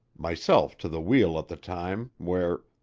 myself to the wheel at the time, where,